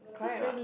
correct what